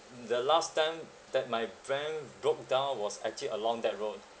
the last time that my van broke down was actually along that road